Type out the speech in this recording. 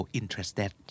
interested